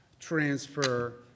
transfer